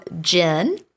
Jen